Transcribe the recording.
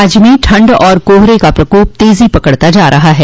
राज्य में ठंड और कोहरे का प्रकोप तेजी पकड़ता जा रहा है